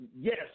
Yes